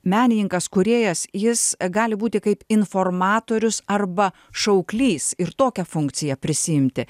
menininkas kūrėjas jis gali būti kaip informatorius arba šauklys ir tokią funkciją prisiimti